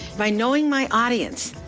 by knowing my audience,